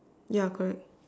yeah correct